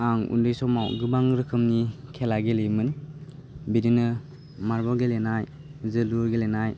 आं उन्दै समाव गोबां रोखोमनि खेला गेलेयोमोन बिदिनो मारबल गेलेनाय जोलुर गेलेनाय